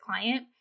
client